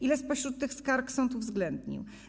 Ile spośród tych skarg sąd uwzględnił?